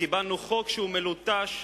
וקיבלנו חוק שהוא מלוטש,